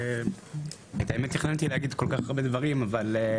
אז תתמצת לדקה בבקשה ולאחר מכן אסכם.